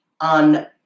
on